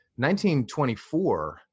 1924